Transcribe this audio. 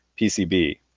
PCB